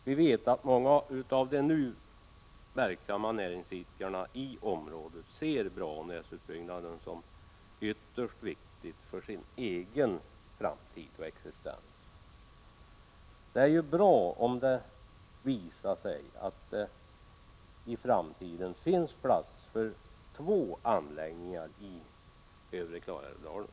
Vi vet att många av de nu verksamma näringsidkarna i området ser Branäsutbyggnaden som ytterst viktig för sin egen framtid och existens. Det är bra om det i framtiden visar sig att det finns plats för två turistanläggningar i övre Klarälvsdalen.